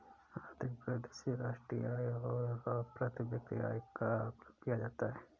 आर्थिक वृद्धि से राष्ट्रीय आय और प्रति व्यक्ति आय का आकलन किया जाता है